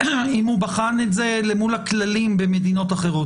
אם הוא בחן את זה מול הכללים במדינות אחרות.